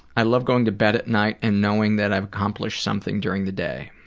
i love going to bed at night and knowing that i've accomplished something during the day.